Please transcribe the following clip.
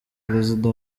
perezida